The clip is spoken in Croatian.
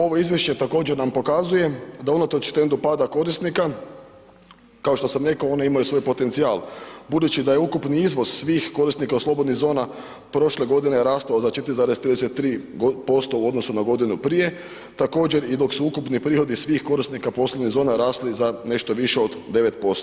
Ovo izvješće također na pokazuje da unatoč trendu pada korisnika kao što sam rekao, one imaju svoj potencijal budući da je ukupni izvoz svih korisnika slobodnih zona prošle godine rastao za 4,33% u odnosu na godinu prije također i dok su ukupni prohodi svih korisnika poslovnih zona rasli za nešto više od 9%